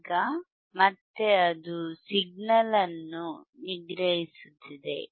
ಈಗ ಮತ್ತೆ ಅದು ಸಿಗ್ನಲ್ ಅನ್ನು ನಿಗ್ರಹಿಸುತ್ತಿದೆ